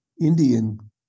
Indian